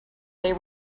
they